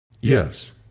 Yes